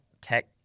tech